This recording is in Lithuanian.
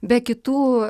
be kitų